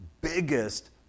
biggest